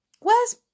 Where's